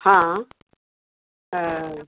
हा